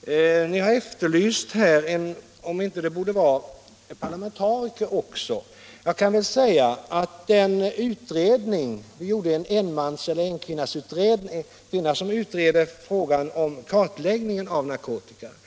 Vi har här efterlyst parlamentariker. Vi har tillsatt en enmans eller enkvinnasutredning när det gäller kartläggningen av narkotikamissbruket.